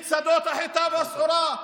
את שדות החיטה והשעורה,